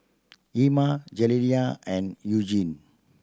Ima Jaliyah and Eugene